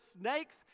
snakes